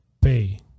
pay